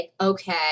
okay